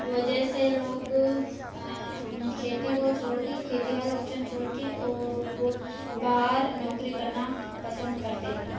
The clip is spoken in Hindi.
वजह से लोग खेती को छोड़ कर खेती वाला ऑप्शन छोड़ कर ओ वो बाहर नौकरी करना पसंद करते हैं